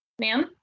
Ma'am